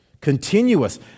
Continuous